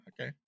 Okay